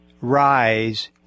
rise